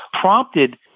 prompted